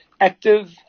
Active